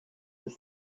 have